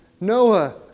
Noah